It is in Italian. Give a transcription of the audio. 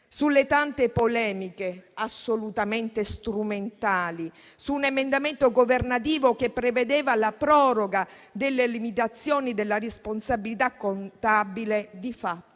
alle tante polemiche assolutamente strumentali su un emendamento governativo che prevedeva la proroga delle limitazioni della responsabilità contabile, rilevo